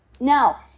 Now